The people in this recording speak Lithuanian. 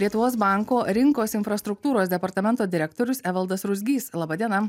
lietuvos banko rinkos infrastruktūros departamento direktorius evaldas ruzgys laba diena